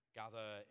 gather